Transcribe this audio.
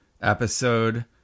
episode